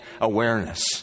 awareness